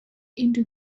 into